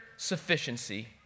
sufficiency